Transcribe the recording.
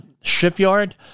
shipyard